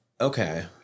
Okay